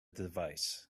device